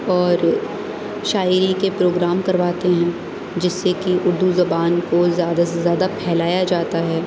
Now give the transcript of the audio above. اور شاعری کے پروگارم کرواتے ہیں جس سے کہ اردو زبان کو زیادہ سے زیادہ پھیلایا جاتا ہے